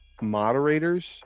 moderators